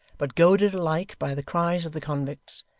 but goaded alike by the cries of the convicts,